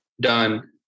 done